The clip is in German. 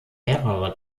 mehrere